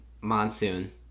monsoon